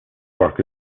work